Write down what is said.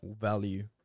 value